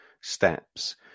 steps